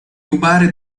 rubare